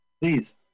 Please